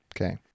okay